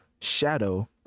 Shadow